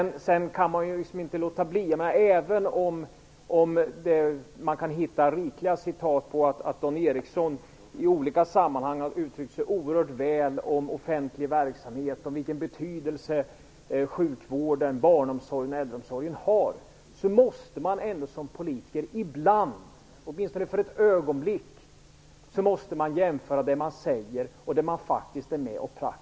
Även om man vidare kan belägga en mängd uttalanden i olika sammanhang där Dan Ericsson har uttryckt sig oerhört väl om offentlig verksamhet och om vilken betydelse sjukvården, barnomsorgen och äldreomsorgen har, måste han som politiker ibland, åtminstone för ett ögonblick, jämföra det som han säger med det som han praktiskt har ansvar för.